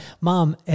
mom